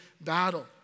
battle